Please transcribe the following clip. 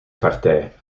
partij